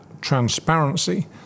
transparency